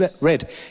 read